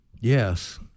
Yes